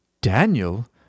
Daniel